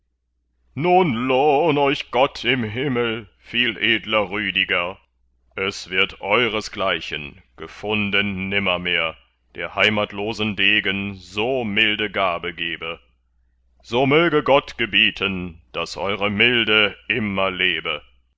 nun lohn euch gott im himmel viel edler rüdiger es wird euresgleichen gefunden nimmermehr der heimatlosen degen so milde gabe gebe so möge gott gebieten daß eure milde immer lebe